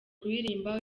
kuririmba